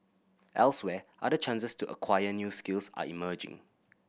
elsewhere other chances to acquire new skills are emerging